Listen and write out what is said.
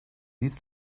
ließ